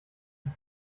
die